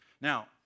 Now